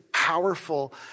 powerful